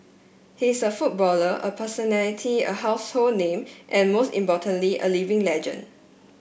he is a footballer a personality a household name and most importantly a living legend